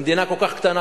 במדינה כל כך קטנה,